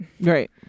Right